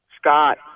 Scott